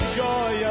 joy